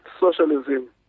socialism